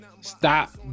stop